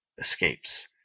escapes